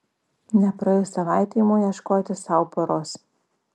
nepraėjus savaitei imu ieškoti sau poros